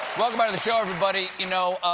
but and so everybody. you know,